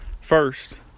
First